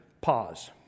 Pause